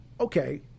okay